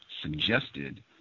suggested